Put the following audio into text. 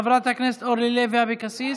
חברת הכנסת אורלי לוי אבקסיס,